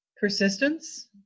Persistence